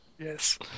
Yes